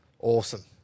Awesome